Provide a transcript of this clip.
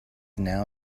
now